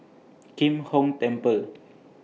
Kim Hong Temple